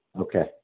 Okay